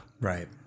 Right